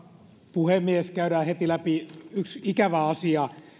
puhemies käydään heti läpi yksi ikävä asia